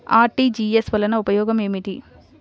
RTGS వలన ఉపయోగం ఏమిటీ?